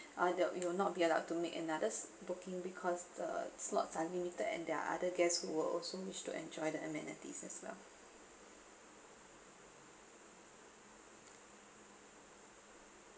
uh there'll you will not be allowed to make another booking because the slots are limited and there are other guests who were also wish to enjoy the amenities as well